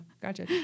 Gotcha